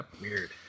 Weird